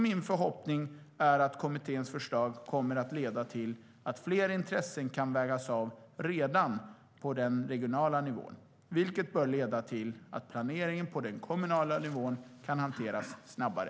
Min förhoppning är att kommitténs förslag kommer att leda till att fler intressen kan vägas av redan på den regionala nivån, vilket bör leda till att planeringen på den kommunala nivån kan hanteras snabbare.